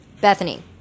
Bethany